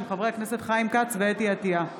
של חברי הכנסת חיים כץ וחוה אתי עטייה.